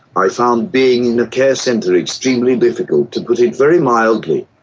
i found being in a care centre extremely difficult, to put it very mildly.